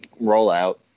rollout